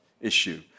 issue